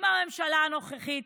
אם הממשלה הנוכחית,